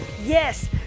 Yes